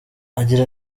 agira